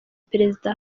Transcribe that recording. perezida